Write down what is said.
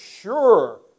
sure